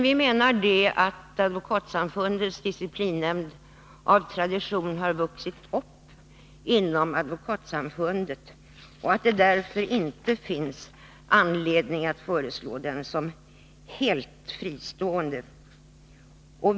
Vi menar emellertid att Advokatsamfundets disciplinnämnd har vuxit fram inom Advokatsamfundet och att det därför inte finns anledning att föreslå att den görs helt fristående.